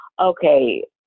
okay